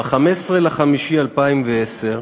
ב-15 במאי 2010,